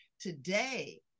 Today